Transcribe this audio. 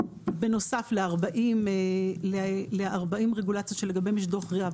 בנוסף ל-40 רגולציות שלגביהן יש דו"ח RIA,